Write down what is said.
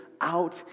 out